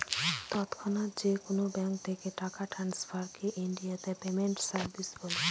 তৎক্ষণাৎ যেকোনো ব্যাঙ্ক থেকে টাকা ট্রান্সফারকে ইনডিয়াতে পেমেন্ট সার্ভিস বলে